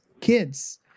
kids